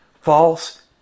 false